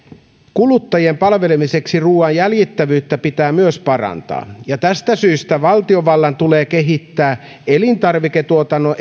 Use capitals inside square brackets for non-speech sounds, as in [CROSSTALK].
kuluttajien palvelemiseksi ruuan jäljitettävyyttä pitää myös parantaa ja tästä syystä valtiovallan tulee kehittää elintarviketuotannon [UNINTELLIGIBLE]